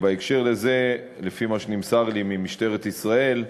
בקשר לזה, לפי מה שנמסר לי ממשטרת ישראל,